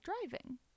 driving